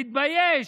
תתבייש.